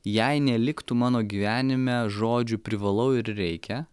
jei neliktų mano gyvenime žodžių privalau ir reikia